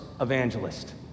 evangelist